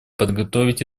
подготовить